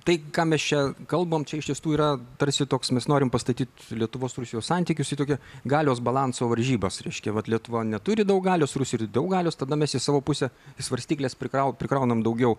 tai ką mes čia kalbam čia iš tiesų yra tarsi toks mes norim pastatyti lietuvos ir rusijos santykius į tokią galios balanso varžybas reiškia vat lietuva neturi daug galios rusija turi daug galios tada mes į savo pusę svarstykles prikrau prikraunam daugiau